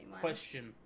question